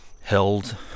held